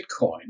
Bitcoin